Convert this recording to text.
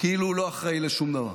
כאילו היא לא אחראית לשום דבר.